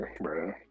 bro